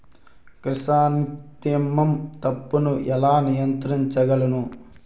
Chrysanthemum తప్పును ఎలా నియంత్రించగలను?